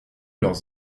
leurs